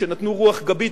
שנתנו רוח גבית,